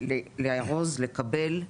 לארוז לקבל,